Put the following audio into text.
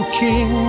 king